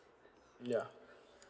ya